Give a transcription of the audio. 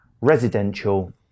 residential